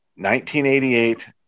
1988